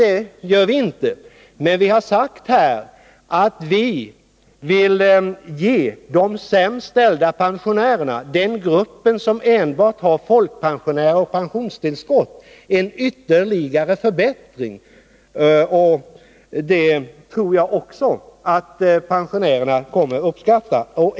Det gör vi inte, men vi vill ge de sämst ställda pensionärerna, dvs. den grupp som har enbart folkpension och pensionstillskott, en ytterligare förbättring. Det tror jag att pensionärerna kommer att uppskatta.